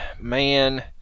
man